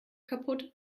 kaputt